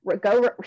go